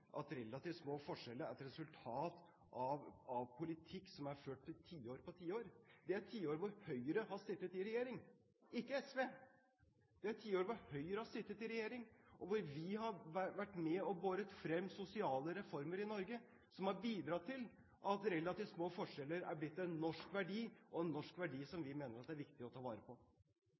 at relativt små forskjeller er et resultat av politikk som er ført i tiår på tiår. Det er tiår da Høyre har sittet i regjering – ikke SV. Det er tiår da Høyre har sittet i regjering og vært med og båret frem sosiale reformer i Norge som har bidratt til at relativt små forskjeller er blitt en norsk verdi, en norsk verdi som vi mener det er viktig å ta vare på.